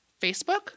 Facebook